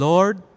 Lord